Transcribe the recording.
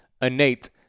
innate